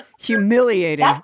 Humiliating